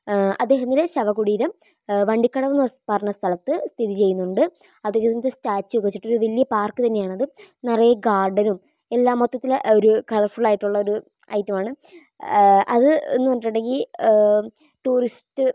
അദ്ദേഹത്തിൻ്റെ ശവകുടീരം വണ്ടി കടവ് എന്ന് പറഞ്ഞ സ്ഥലത്ത് സ്ഥിതി ചെയ്യുന്നുണ്ട് അദ്ദേഹത്തിൻ്റെ സ്റ്റാച്യു വച്ചിട്ടൊരു വലിയ പാർക്കുതന്നെയാണത് നിറയെ ഗാർഡനും എല്ലാം മൊത്തത്തില് ഒരു കളർഫുൾ ആയിട്ടുള്ളൊരു ഐറ്റം ആണ് അത് എന്ന് പറഞ്ഞിട്ടുണ്ടെങ്കിൽ ടൂറിസ്ററ്